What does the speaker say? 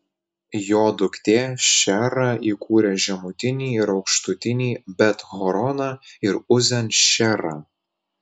jo duktė šeera įkūrė žemutinį ir aukštutinį bet horoną ir uzen šeerą